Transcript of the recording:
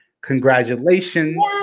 Congratulations